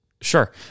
Sure